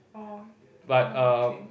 oh oh okay